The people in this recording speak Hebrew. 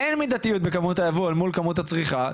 אין מידתיות בכמויות הייבוא אל מול כמויות הצריכה.